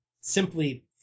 simply